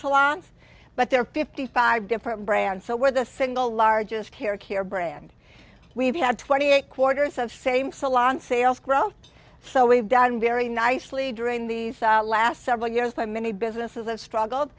salons but there are fifty five different brands so we're the single largest hair care brand we've had twenty eight quarters of same salon sales growth so we've done very nicely during the last several years but many businesses have struggled